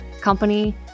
company